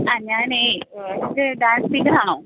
ആ ഞാൻ ഇത് ഡാൻസ് ടീച്ചറാണോ